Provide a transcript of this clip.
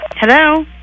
Hello